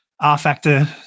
R-Factor